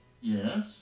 Yes